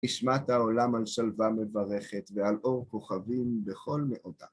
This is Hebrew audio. נשמת העולם על שלווה מברכת, ועל אור כוכבים בכל מאודה.